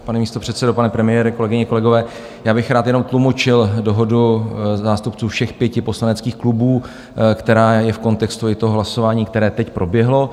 Pane místopředsedo, pane premiére, kolegyně, kolegové, já bych rád jenom tlumočil dohodu zástupců všech pěti poslaneckých klubů, která je v kontextu i toho hlasování, teď proběhlo.